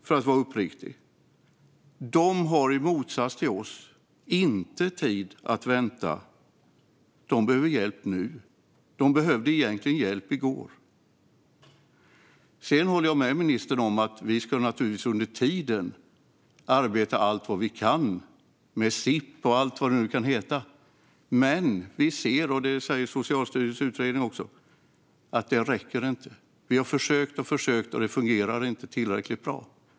För att vara uppriktig: De har i motsats till oss inte tid att vänta. De behöver hjälp nu. De behövde egentligen hjälp i går. Sedan håller jag med ministern om att vi naturligtvis under tiden ska arbeta allt vad vi kan med SIP och allt vad det nu kan heta. Men vi ser, och det säger också Socialstyrelsens utredning, att det inte räcker. Vi har försökt och försökt, men det fungerar inte tillräckligt bra.